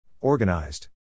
Organized